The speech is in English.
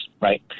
right